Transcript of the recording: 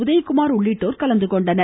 உதயகுமார் உள்ளிட்டோர் கலந்துகொண்டனர்